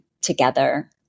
together